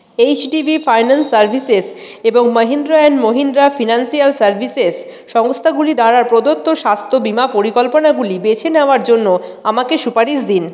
HDB finance services এবং Mahindra and Mahindra financial services সংস্থাগুলি দ্বারা প্রদত্ত স্বাস্থ্য বিমা পরিকল্পনাগুলি বেছে নেওয়ার জন্য আমাকে সুপারিশ দিন